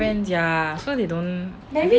ya so they don't